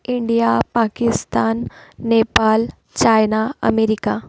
India Pakistan Nepal China America